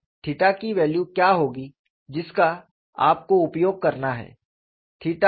तो थीटा की वैल्यू क्या होगी जिसका आपको उपयोग करना है